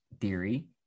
theory